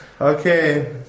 Okay